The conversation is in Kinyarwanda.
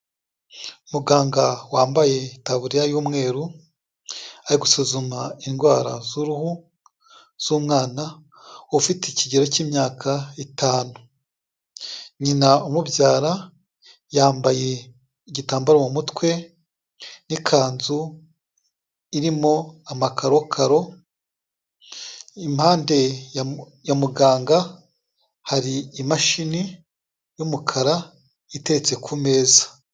Muganga wambaye itaburiya y'umweru, ari gusuzuma indwara z'uruhu z'umwana ufite ikigero cy'imyaka itanu, nyina umubyara yambaye igitambaro mu mutwe n'ikanzu irimo amakarokaro, impande ya muganga hari imashini y'umukara iteretse ku meza.